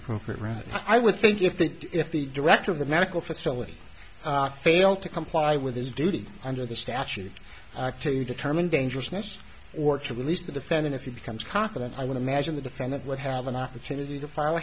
appropriate remedy i would think if the if the director of the medical facility failed to comply with his duty under the statute to determine dangerousness or to release the defendant if he becomes confident i would imagine the defendant would have an opportunity to file